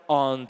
on